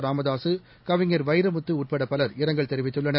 ராமதாசு கவிஞர் வைரமுத்துஉட்படபலர் இரங்கல் தெரிவித்துள்ளனர்